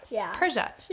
Persia